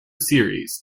series